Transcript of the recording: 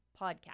PODCAST